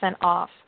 off